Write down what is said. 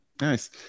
Nice